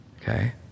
Okay